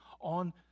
on